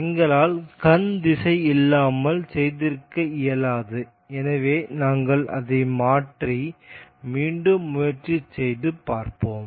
எங்களால் கண் திசை இல்லாமல் செய்திருக்க இயலாது எனவே நாங்கள் அதை மாற்றி மீண்டும் முயற்சி செய்து பார்ப்போம்